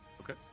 Okay